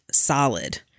solid